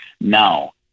Now